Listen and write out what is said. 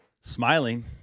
Smiling